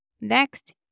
Next